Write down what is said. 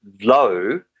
low